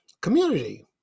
community